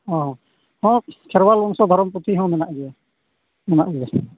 ᱚᱻ ᱦᱮᱸ ᱠᱷᱮᱨᱣᱟᱞ ᱵᱚᱝᱥᱚ ᱫᱷᱚᱨᱚᱢ ᱯᱩᱛᱷᱤᱦᱚᱸ ᱢᱮᱱᱟᱜ ᱜᱮᱭᱟ ᱢᱮᱱᱟᱜ ᱜᱮᱭᱟ